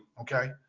Okay